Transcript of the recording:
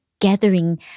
gathering